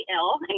ill